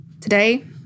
today